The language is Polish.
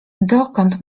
dokąd